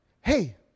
hey